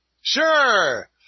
Sure